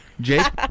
Jake